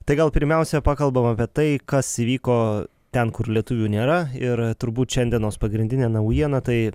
tai gal pirmiausia pakalbam apie tai kas įvyko ten kur lietuvių nėra ir turbūt šiandienos pagrindinė naujiena tai